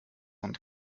und